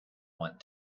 want